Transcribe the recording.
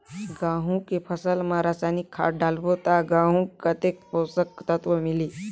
गंहू के फसल मा रसायनिक खाद डालबो ता गंहू कतेक पोषक तत्व मिलही?